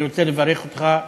אני רוצה לברך אותך,